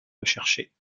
recherchée